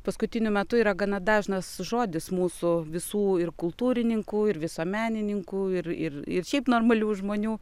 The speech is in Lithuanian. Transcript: paskutiniu metu yra gana dažnas žodis mūsų visų ir kultūrininkų ir visuomenininkų ir ir ir šiaip normalių žmonių